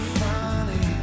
funny